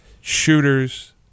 shooters